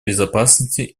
безопасности